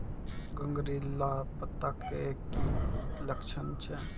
घुंगरीला पत्ता के की लक्छण छै?